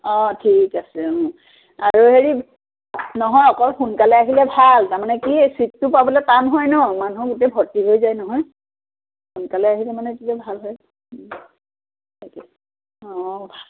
অঁ ঠিক আছে আৰু হেৰি নহয় অকণ সোনকালে আহিলে ভাল তাৰমানে কি এই ছীটটো পাবলৈ টান হয় ন মানুহ গোটেই ভৰ্তি হৈ যায় নহয় সোনকালে আহিলে মানে কি আৰু ভাল হয় তাকে অঁ